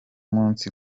musi